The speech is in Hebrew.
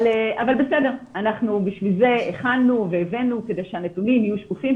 אבל הכנו והבאנו כדי שהנתונים יהיו שקופים.